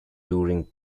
during